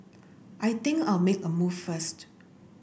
I think I'll make a move first